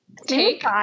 take